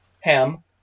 Ham